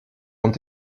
ont